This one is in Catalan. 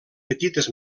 petites